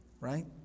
Right